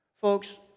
Folks